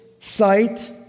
sight